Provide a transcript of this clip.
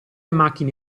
macchine